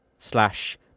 Slash